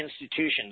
institutions